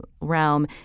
realm